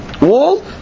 wall